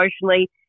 emotionally